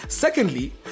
Secondly